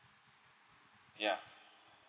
ya